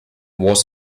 was